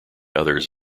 others